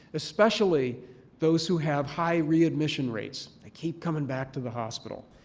especially those who have high readmission rates. they keep coming back to the hospital.